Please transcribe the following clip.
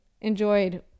enjoyed